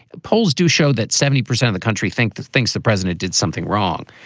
polls do show that seventy percent of the country think the things the president did something wrong,